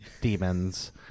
demons